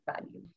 value